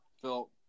Phil